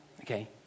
okay